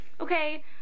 okay